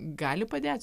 gali padėti